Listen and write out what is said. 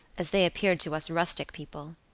as they appeared to us rustic people.